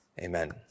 amen